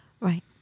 Right